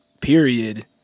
period